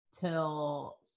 till